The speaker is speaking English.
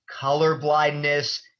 colorblindness